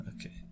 Okay